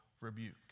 rebuke